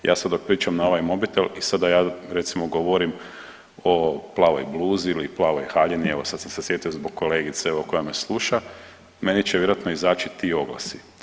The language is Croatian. Ja sad dok pričam na ovaj mobitel i sada ja recimo govorim o plavoj bluzi ili plavoj haljini, evo sad sam se sjetio zbog kolegice koja me sluša, meni će vjerojatno izaći ti oglasi.